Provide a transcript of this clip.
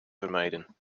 vermijden